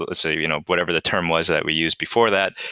ah ah so you know whatever the term was that we used before that,